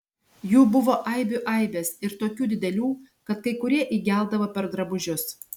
jų buvo aibių aibės ir tokių didelių kad kai kurie įgeldavo per drabužius